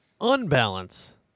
unbalance